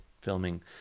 filming